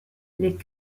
les